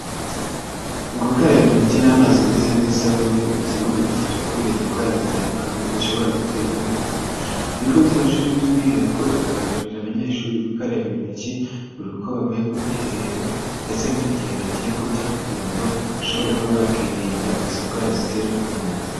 Gukaraba intoki n'amazi meza n'isabune, ni kimwe mu bidufasha kwirinda indwara zitandukanye zishobora guterwa n'umwanda, ibigo by'amashuri by'umwihariko bikangurira abanyeshuri gukaraba intoki, buri uko bavuye ku bwiherero ndetse n'igihe bagiye kurya kugira ngo bashobore kuba bakirinda izi ndwara ziterwa n'umwanda.